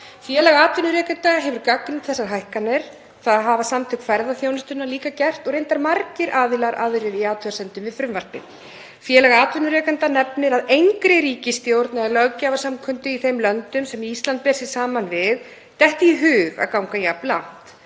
Félag atvinnurekenda hefur gagnrýnt þessar hækkanir, það hafa Samtök ferðaþjónustunnar líka gert og reyndar margir aðrir aðilar í athugasemdum við frumvarpið. Félag atvinnurekenda nefnir að engri ríkisstjórn eða löggjafarsamkundu í þeim löndum sem Ísland ber sig saman við detti í hug að ganga jafn langt.